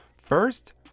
First